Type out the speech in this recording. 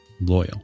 loyal